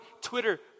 Twitter